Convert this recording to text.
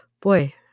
boy